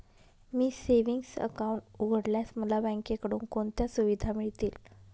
मी savings account उघडल्यास मला बँकेकडून कोणत्या सुविधा मिळतील?